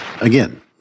Again